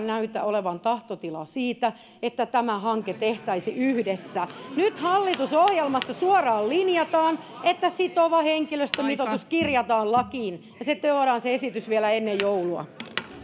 näytä olevan tahtotilaa siitä että tämä hanke tehtäisiin yhdessä nyt hallitusohjelmassa suoraan linjataan että sitova henkilöstömitoitus kirjataan lakiin ja se esitys tuodaan vielä ennen joulua